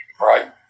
right